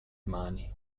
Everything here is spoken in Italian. mani